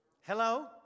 Hello